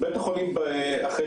אחרי